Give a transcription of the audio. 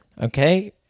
okay